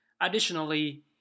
Additionally